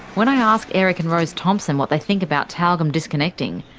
when i ask eric and rose thompson what they think about tyalgum disconnecting,